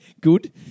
good